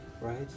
right